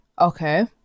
Okay